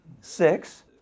six